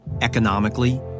economically